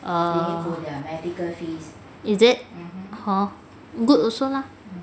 err is it hor good also lah